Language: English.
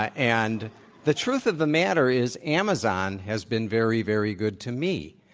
and the truth of the matter is amazon has been very, very good to me.